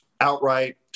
outright